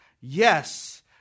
yes